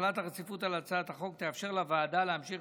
החלת הרציפות על הצעת החוק תאפשר לוועדה להמשיך